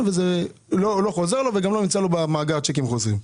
וזה לא חוזר לו וגם לא נמצא לו במאגר הצ'קים החוזרים.